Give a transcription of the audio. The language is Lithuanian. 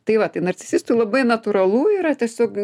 tai va tai narcisistui labai natūralu yra tiesiog